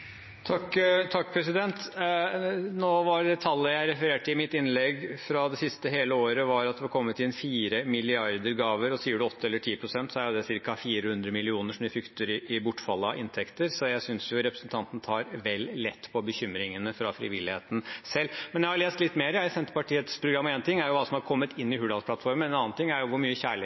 Tallet jeg refererte til i innlegget mitt, som var fra det siste hele året, var at det var kommet inn 4 mrd. kr i gaver. Sier man 8 pst. eller 10 pst., er jo det ca. 400 mill. kr som vi frykter i bortfall av inntekter, så jeg synes representanten tar vel lett på bekymringene fra frivilligheten. Jeg har lest litt mer i Senterpartiets program. En ting er hva som har kommet inn i Hurdalsplattformen, en annen ting er jo hvor mye